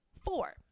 Four